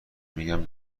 میگن